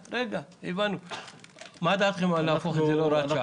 מה דעתכם להפוך את זה להוראת שעה?